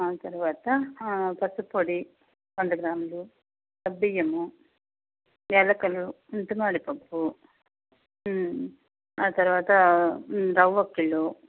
ఆ తరువాత పసుపుపొడి వంద గ్రాములు సగ్గు బియ్యము యాలకులు ముంత మామిడి పప్పు ఆ తర్వాత రవ ఒక కిలో